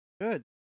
Good